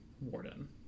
warden